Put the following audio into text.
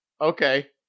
okay